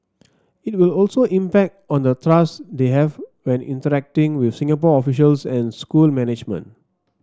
it will also impact on the trust they have when interacting with Singapore officials and school management